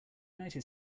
united